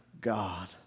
God